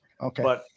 Okay